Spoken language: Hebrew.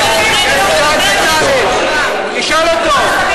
תשאל אותו.